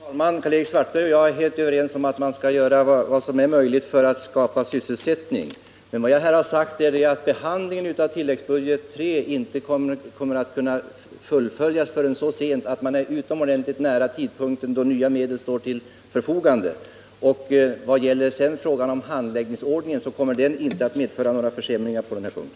Herr talman! Karl-Erik Svartberg och jag är helt överens om att man skall göra vad som är möjligt för att skapa sysselsättning. Men vad jag här har sagt är att behandlingen av tilläggsbudget III inte kommer att fullföljas förrän så sent att man är utomordentligt nära den tidpunkt då nya medel står till förfogande. Handläggningsordningen kommer inte att medföra några försämringar på denna punkt.